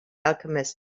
alchemist